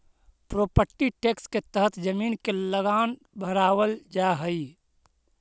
property tax के तहत जमीन के लगान भरवावल जा हई